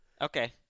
Okay